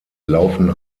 laufen